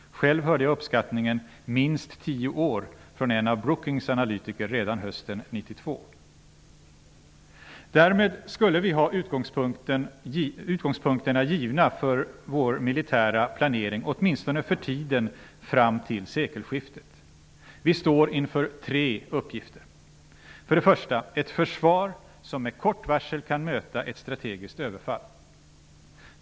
Själv hörde jag uppskattningen ''minst tio år'' från en av Brookings analytiker redan hösten 1992. Därmed skulle vi ha utgångspunkterna givna för vår militära planering, åtminstone för tiden fram till sekelskiftet. Vi står inför tre uppgifter. För det första: Ett försvar som med kort varsel kan möta ett strategiskt överfall.